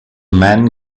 men